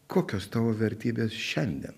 kokios tavo vertybės šiandien